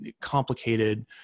complicated